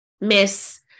miss